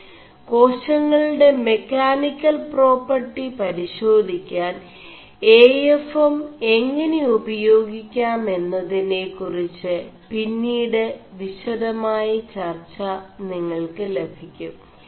േകാശÆളgെട െമ ാനി ൽ േ4പാçർƒി പരിേശാധി ാൻ എ എഫ് എം എÆെന ഉപേയാഗി ാം എMതിെന കുറിg് പിMീട് വിശദമായ ചർg നിÆൾ ് ലഭി ും